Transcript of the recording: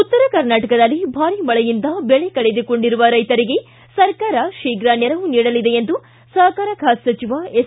ಉತ್ತರ ಕರ್ನಾಟಕದಲ್ಲಿ ಭಾರೀ ಮಳೆಯಿಂದ ಬೆಳೆ ಕಳೆದುಕೊಂಡಿರುವ ರೈತರಿಗೆ ಸರ್ಕಾರ ಶೀಘ್ರ ನೆರವು ನೀಡಲಿದೆ ಎಂದು ಸಹಕಾರ ಖಾತೆ ಸಚಿವ ಎಸ್